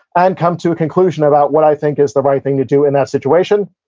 and come to a conclusion about what i think is the right thing to do in that situation,